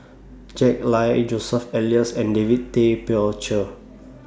Jack Lai Joseph Elias and David Tay Poey Cher